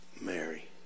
Mary